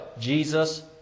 Jesus